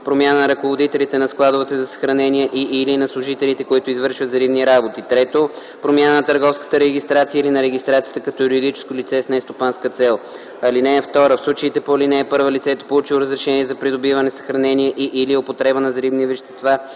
промяна на ръководителите на складовете за съхранение и/или на служителите, които извършват взривни работи; 3. промяна на търговската регистрация или на регистрацията като юридическо лице с нестопанска цел. (2) В случаите по ал. 1 лицето, получило разрешение за придобиване, съхранение и/или употреба на взривни вещества